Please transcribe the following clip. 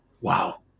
Wow